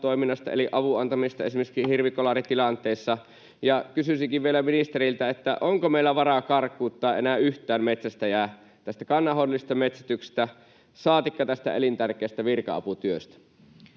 SRVA-toiminnasta eli avun antamisesta esimerkiksi hirvikolaritilanteissa. Kysyisinkin vielä ministeriltä: onko meillä varaa karkuuttaa enää yhtään metsästäjää tästä kannanhoidollisesta metsästyksestä saatikka tästä elintärkeästä virka-aputyöstä?